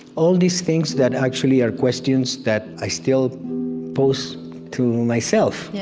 all these things that actually are questions that i still pose to myself yeah